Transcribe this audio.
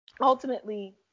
ultimately